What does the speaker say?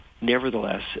Nevertheless